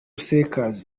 seekers